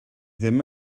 ddim